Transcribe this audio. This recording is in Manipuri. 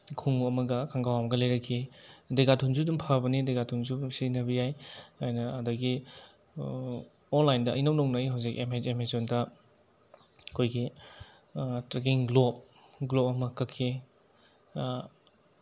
ꯈꯣꯡꯎꯞ ꯑꯃꯒ ꯈꯣꯡꯒ꯭ꯔꯥꯎ ꯑꯃꯒ ꯂꯩꯔꯛꯈꯤ ꯗꯦꯀꯥꯠꯂꯣꯟꯁꯨ ꯑꯗꯨꯝ ꯐꯕꯅꯦ ꯗꯦꯀꯥꯠꯂꯣꯟꯁꯨꯗꯨꯝ ꯁꯤꯖꯤꯟꯅꯕ ꯌꯥꯏ ꯑꯅ ꯑꯗꯒꯤ ꯑꯣꯟꯂꯥꯏꯟꯗ ꯏꯅꯧ ꯅꯧꯅ ꯑꯩ ꯍꯧꯖꯤꯛ ꯑꯦꯃꯦꯖꯣꯟꯗ ꯑꯩꯈꯣꯏꯒꯤ ꯇ꯭ꯔꯦꯛꯀꯤꯡ ꯒ꯭ꯂꯣꯚ ꯒ꯭ꯂꯣꯚ ꯑꯃ ꯀꯛꯈꯤ